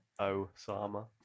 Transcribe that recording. Osama